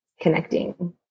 connecting